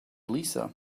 lisa